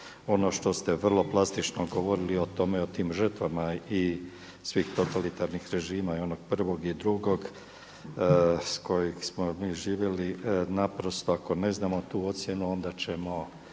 Ono što ste vrlo plastično govorili o tome i o tim žrtvama i svih totalitarnih režima i onog prvog i drugog s kojeg smo mi živjeli, naprosto ako ne znamo tu ocjenu onda ćemo